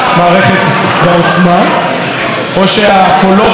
או שהקולות מהאולם גוברים על הקול שלי,